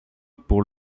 pour